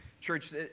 Church